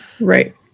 Right